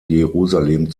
jerusalem